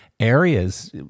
Areas